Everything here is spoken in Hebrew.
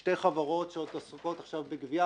שתי חברות שעסוקות בגבייה,